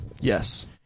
Yes